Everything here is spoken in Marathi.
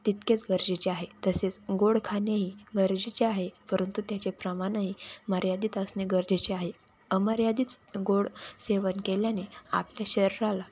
तितकेच गरजेचे आहे तसेच गोड खाणेही गरजेचे आहे परंतु त्याचे प्रमाणही मर्यादित असणे गरजेचे आहे अमर्यादित गोड सेवन केल्याने आपल्या शरीराला